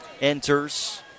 enters